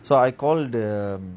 so I called the